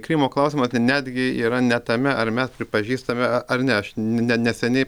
krymo klausimas net netgi yra ne tame ar mes pripažįstame ar ne aš ne neseniai